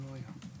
שהבנתי מדבריך,